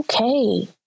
okay